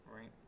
right